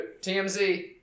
TMZ